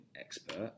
expert